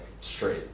straight